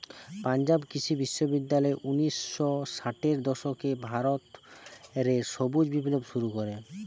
পাঞ্জাব কৃষি বিশ্ববিদ্যালয় উনিশ শ ষাটের দশকে ভারত রে সবুজ বিপ্লব শুরু করে